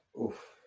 Oof